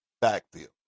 backfield